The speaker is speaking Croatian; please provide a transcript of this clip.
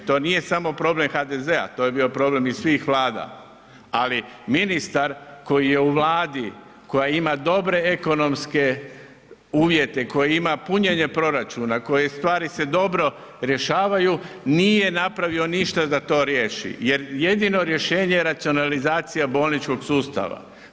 To nije samo problem HDZ-a, to je bio problem svih vlada, ali ministar koji je u Vladi koja ima dobre ekonomske uvjete, koja ima punjenje proračuna, koje stvari se dobro rješavaju nije napravio ništa da to riješi jer jedino rješenje je racionalizacija bolničkog sustava.